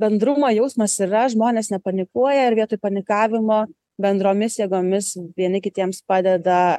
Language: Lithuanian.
bendrumo jausmas yra žmonės nepanikuoja ir vietoj panikavimo bendromis jėgomis vieni kitiems padeda